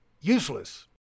useless